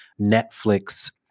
Netflix